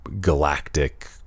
galactic